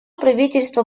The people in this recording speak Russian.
правительство